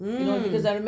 mm